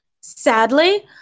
sadly